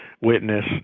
witness